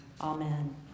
Amen